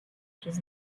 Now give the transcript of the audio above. does